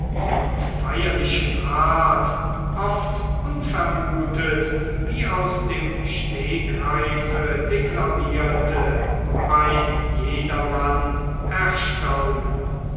und feierlichen art oft unvermutet wie aus dem stegreife deklamierte bei jedermann erstaunen